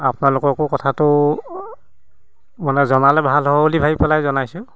আপোনালোককো কথাটো মানে জনালে ভাল হ'ব বুলি পেলাই জনাইছোঁ